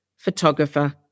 photographer